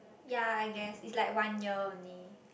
ya I guess it's like one year only